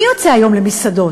מי יוצא היום למסעדות?